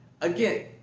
Again